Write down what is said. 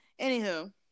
Anywho